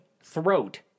throat